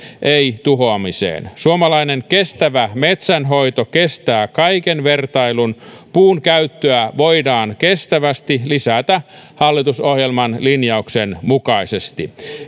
ei tuhoamiseen suomalainen kestävä metsänhoito kestää kaiken vertailun puun käyttöä voidaan kestävästi lisätä hallitusohjelman linjauksen mukaisesti